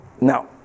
Now